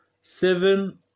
seven